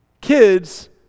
kids